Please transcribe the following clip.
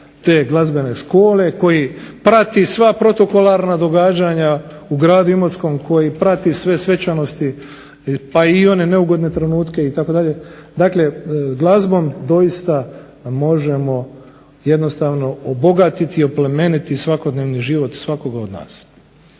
te glazbene škole koja prati sva protokolarna događanja u gradu Imotskom koji prati sve svečanosti, pa i one neugodne trenutke itd. dakle glazbom doista možemo obogatiti i oplemeniti svakodnevni život svakoga od nas.